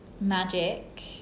magic